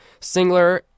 Singler